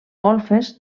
golfes